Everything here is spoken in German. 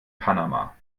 panama